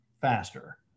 faster